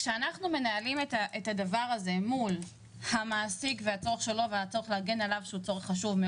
כשאנחנו מתמודדים עם המעסיק שיש צורך חשוב מאוד להגן עליו,